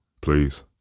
please